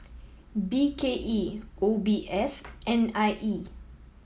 B K E O B S N I E